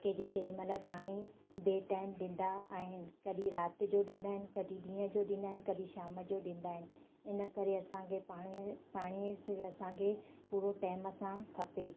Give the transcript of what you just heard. केॾी केॾीमहिल पाणी ॿिए टाइम ॾींदा आहिनि कॾहिं राति जो ॾींदा आहिनि कॾहिं ॾींहं जो ॾींदा आहिनि कॾहिं शाम जो ॾींदा आहिनि करे असांखे पाणी पाणी स असांखे पूरो टाइम सां खपे